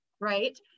right